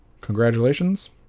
Congratulations